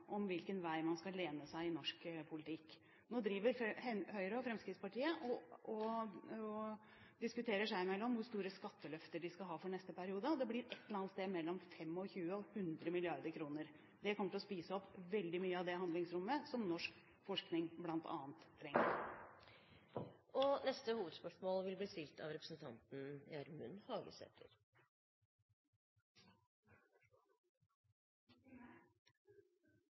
om hvilken vei man skal lene seg i norsk politikk. Nå driver Høyre og Fremskrittspartiet og diskuterer seg imellom hvor store skatteløfter de skal ha for neste periode. Det blir et sted mellom 25 mrd. kr og 100 mrd. kr. Det kommer til å spise opp veldig mye av det handlingsrommet som norsk forskning bl.a. trenger. Vi går da til dagens siste hovedspørsmål.